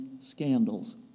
scandals